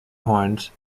horns